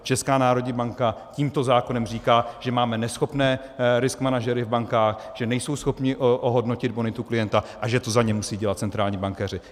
Česká národní banka tímto zákonem říká, že máme neschopné risk manažery v bankách, že nejsou schopni ohodnotit bonitu klienta a že to za ně musí dělat centrální bankéři.